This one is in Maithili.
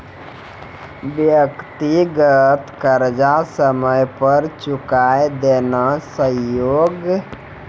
व्यक्तिगत कर्जा समय पर चुकाय देना चहियो